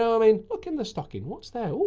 i mean, look in the stocking. what's there? oh,